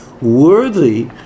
worthy